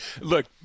Look